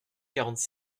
quarante